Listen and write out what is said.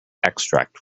extract